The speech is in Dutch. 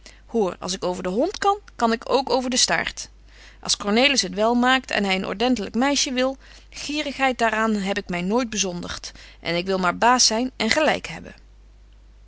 hoor als ik over den hond kan kan ik ook over den staart als cornelis het wel maakt en hy een ordentelyk meisje wil gierigheid daar aan heb ik my nooit bezondigt ik wil maar baas zyn en gelyk hebben